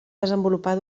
desenvolupar